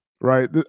right